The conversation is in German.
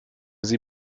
sie